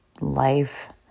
life